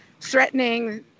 threatening